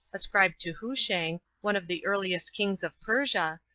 ascribed to hushang, one of the earliest kings of persia,